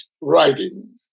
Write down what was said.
writing